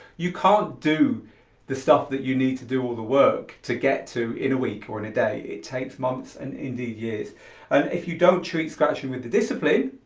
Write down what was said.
you can't do the stuff that you need to do all the work to get to in a week or in a day. it takes months and indeed years and if you don't treat scratching with the discipline